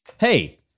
Hey